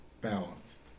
balanced